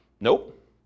Nope